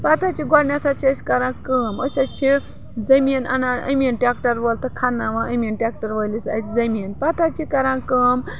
پَتہٕ حظ چھِ گۄڈنٮ۪تھ حظ چھِ أسۍ کَران کٲم أسۍ حظ چھِ زٔمیٖن اَنان أمیٖن ٹٮ۪کٹَر وول تہٕ کھَناوان أمیٖن ٹٮ۪کٹَر وٲلِس اَتھ زٔمیٖن پَتہٕ حظ چھِ کَران کٲم